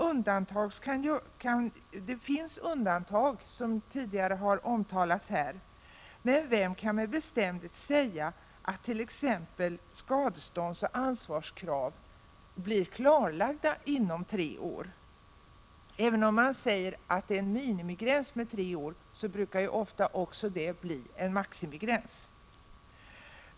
Undantag kan göras, som tidigare talare har påpekat, men vem kan med bestämdhet säga att t.ex. skadeståndsoch ansvarskrav blir klarlagda inom tre år? Även om tre år skall betraktas som en minimigräns, brukar den tiden ofta bli en maximigräns.